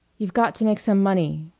you've got to make some money,